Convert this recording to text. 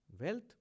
wealth